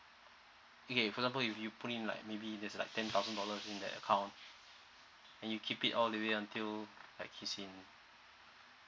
okay for example if you put in like maybe there's like ten thousand dollars in that account then you keep it all the way until like he's in